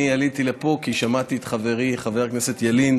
אני עליתי לפה כי שמעתי את חברי חבר הכנסת ילין